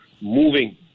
moving